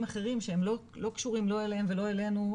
אחרים שהם לא קשורים לא אליהם ולא אלינו,